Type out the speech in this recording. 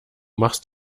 machst